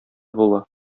була